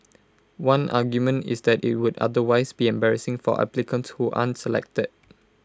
one argument is that IT would otherwise be embarrassing for applicants who aren't selected